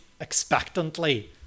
expectantly